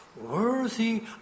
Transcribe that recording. Worthy